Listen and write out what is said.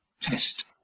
test